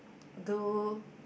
do